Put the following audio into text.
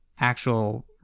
actual